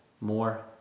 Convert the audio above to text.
more